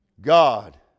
God